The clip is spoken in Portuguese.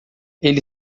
ele